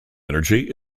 energy